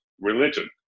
religion